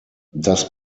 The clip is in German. das